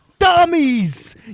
dummies